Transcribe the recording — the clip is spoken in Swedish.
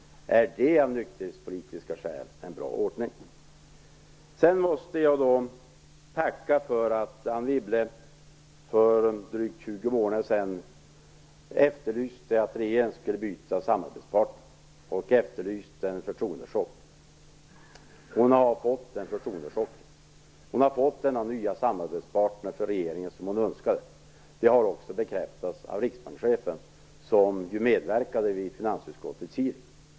Är det av nykterhetspolitiska skäl en bra ordning? Jag vill tacka för att Anne Wibble för drygt 20 månader sedan efterlyste att regeringen skulle byta samarbetspartner och efterlyste en förtroendechock. Anne Wibble har fått förtroendechocken och en ny samarbetspartner åt regeringen, vilket hon önskade. Det har också bekräftats av riksbankschefen som ju medverkade vid finansutskottets hearing.